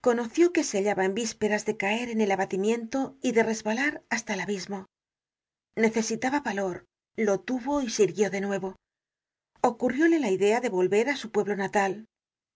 conoció que se hallaba en vísperas de caer en el abatimiento y de resbalar hasta el abismo necesitaba valor lo tuvo y se irguió de nuevo ocurrióle la idea de volver á su pueblo natal